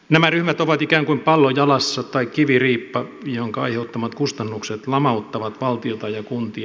nämä ryhmät ovat ikään kuin pallo jalassa tai kiviriippa jonka aiheuttamat kustannukset lamauttavat valtiota ja kuntia